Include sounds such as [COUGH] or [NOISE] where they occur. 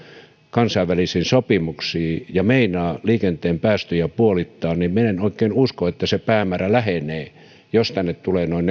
kansainvälisiin sopimuksiin ja meinaa liikenteen päästöjä puolittaa niin minä en oikein usko että se päämäärä lähenee jos tänne tulee noin [UNINTELLIGIBLE]